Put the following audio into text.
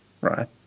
right